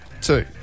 two